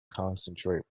concentrate